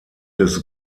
des